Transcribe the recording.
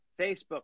Facebook